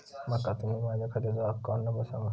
माका तुम्ही माझ्या खात्याचो अकाउंट नंबर सांगा?